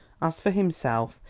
as for himself,